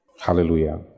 Hallelujah